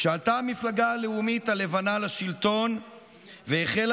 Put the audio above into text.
כשעלתה המפלגה הלאומית הלבנה לשלטון והחלה